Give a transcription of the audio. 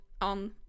on